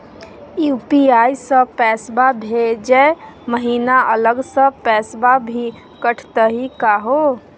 UPI स पैसवा भेजै महिना अलग स पैसवा भी कटतही का हो?